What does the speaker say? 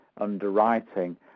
underwriting